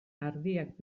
ardiak